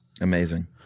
Amazing